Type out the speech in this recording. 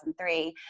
2003